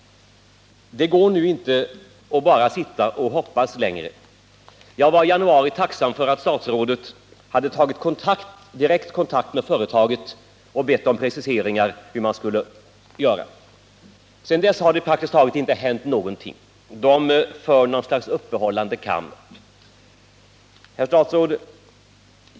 Det går nu inte längre att bara sitta och hoppas. Jag var i januari tacksam för att statsrådet hade tagit direktkontakt med företaget och bett om preciseringar av vad man tänkte göra. Sedan dess har det praktiskt taget inte hänt någonting. Man praktiserar något slags uppehållande försvar. Herr statsråd!